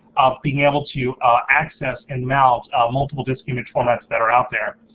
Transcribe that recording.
being able to access and mount multiple disk image formats that are out there.